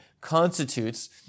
constitutes